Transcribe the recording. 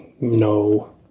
No